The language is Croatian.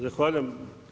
Zahvaljujem.